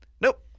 Nope